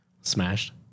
Smashed